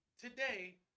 today